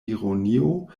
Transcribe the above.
ironio